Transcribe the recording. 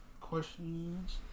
questions